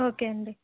okay అండి